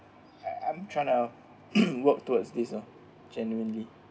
I'm I'm trying to work towards this oh genuinely